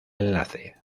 enlace